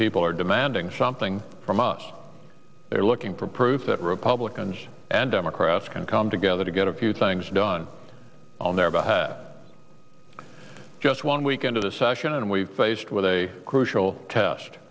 people are demanding something from us they're looking for proof that republicans and democrats can come together to get a few things done on their behalf just one week into the session and we faced with a crucial test